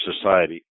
society